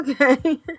okay